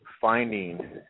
finding